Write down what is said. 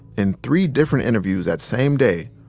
in three different interviews that same day,